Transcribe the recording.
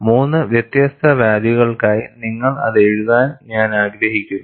3 വ്യത്യസ്ത വാല്യൂകൾക്കായി നിങ്ങൾ അത് എഴുതാൻ ഞാൻ ആഗ്രഹിക്കുന്നു